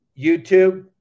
YouTube